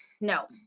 No